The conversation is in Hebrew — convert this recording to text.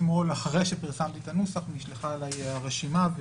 אתמול אחרי שפרסמתי את הנוסח נשלחה אליי הרשימה.